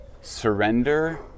surrender